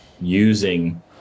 using